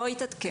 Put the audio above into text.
לא התעדכן.